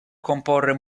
comporre